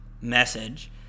message